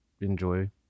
enjoy